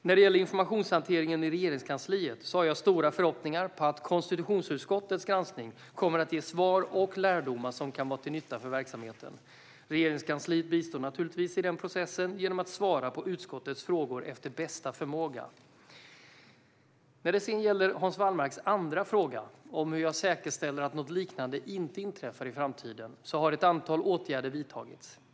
När det gäller informationshanteringen i Regeringskansliet har jag stora förhoppningar om att konstitutionsutskottets granskning kommer att ge svar och lärdomar som kan vara till nytta för verksamheten. Regeringskansliet bistår naturligtvis i den processen genom att svara på utskottets frågor efter bästa förmåga. När det gäller Hans Wallmarks andra fråga - om hur jag säkerställer att något liknande inte inträffar i framtiden - har ett antal åtgärder vidtagits.